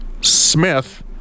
Smith